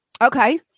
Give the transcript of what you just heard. Okay